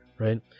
Right